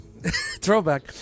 Throwback